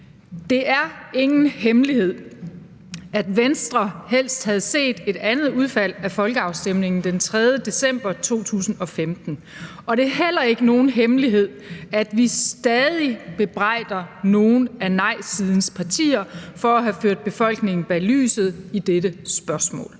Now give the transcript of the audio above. Det er ingen hemmelighed, at Venstre helst havde set et andet udfald af folkeafstemningen den 3. december 2015, og det er heller ikke nogen hemmelighed, at vi stadig bebrejder nogle af nejsidens partier for at have ført befolkningen bag lyset i dette spørgsmål.